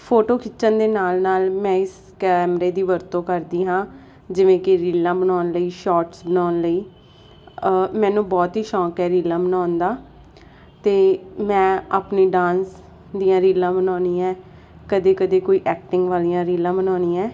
photo ਖਿੱਚਣ ਦੇ ਨਾਲ ਨਾਲ ਮੈਂ ਇਸ ਕੈਮਰੇ ਦੀ ਵਰਤੋਂ ਕਰਦੀ ਹਾਂ ਜਿਵੇਂ ਕੀ ਰੀਲਾਂ ਬਣਾਉਣ ਲਈ ਸ਼ੋਟਸ ਬਣਾਉਣ ਲਈ ਮੈਨੂੰ ਬਹੁਤ ਹੀ ਸ਼ੌਂਕ ਹੈ ਰੀਲਾਂ ਬਣਾਉਣ ਦਾ ਅਤੇ ਮੈਂ ਆਪਣੇ ਡਾਂਸ ਦੀਆਂ ਰੀਲਾਂ ਬਣਾਉਣੀ ਹੈ ਕਦੇ ਕਦੇ ਕੋਈ ਐਕਟਿੰਗ ਵਾਲੀਆਂ ਰੀਲਾਂ ਬਣਾਉਣੀ ਹੈ